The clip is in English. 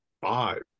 five